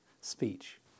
speech